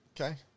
Okay